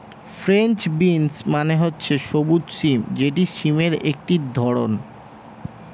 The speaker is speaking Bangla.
ফ্রেঞ্চ বিনস মানে হচ্ছে সবুজ সিম যেটি সিমের একটি ধরণ